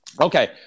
okay